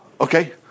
Okay